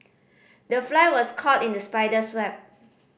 the fly was caught in the spider's web